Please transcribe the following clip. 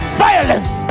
violence